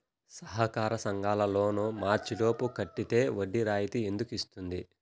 సహకార సంఘాల లోన్ మార్చి లోపు కట్టితే వడ్డీ రాయితీ ఎందుకు ఇస్తుంది?